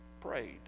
prayed